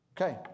Okay